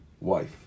wife